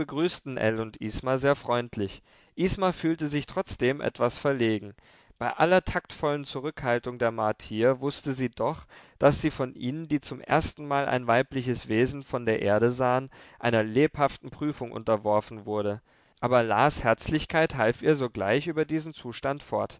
ell und isma sehr freundlich isma fühlte sich trotzdem etwas verlegen bei aller taktvollen zurückhaltung der martier wußte sie doch daß sie von ihnen die zum ersten mal ein weibliches wesen von der erde sahen einer lebhaften prüfung unterworfen wurde aber las herzlichkeit half ihr sogleich über diesen zustand